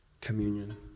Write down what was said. communion